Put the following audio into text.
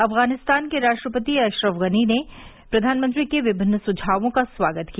अफगानिस्तान के राष्ट्रपति अशरफ गनी ने प्रधानमंत्री के विभिन्न सुझावों का स्वागत किया